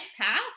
path